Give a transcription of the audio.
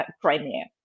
Crimea